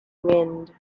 wind